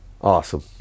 Awesome